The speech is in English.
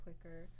quicker